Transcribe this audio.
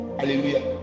Hallelujah